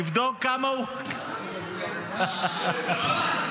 לבדוק כמה הוא --- על הרצפה,